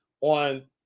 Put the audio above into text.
on